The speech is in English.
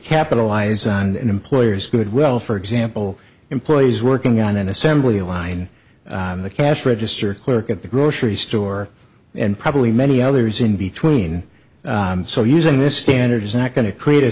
capitalize on an employer's good well for example employees working on an assembly line the cash register clerk at the grocery store and probably many others in between so using this standard is not going to create a